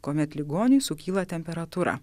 kuomet ligoniui sukyla temperatūra